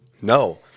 No